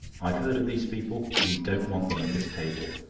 i've heard of these people. we don't want them at this table.